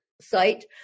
site